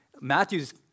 Matthew's